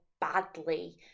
badly